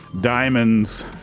diamonds